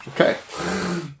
Okay